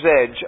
edge